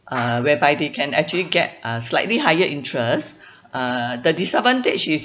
uh whereby they can actually get uh slightly higher interest uh the disadvantage is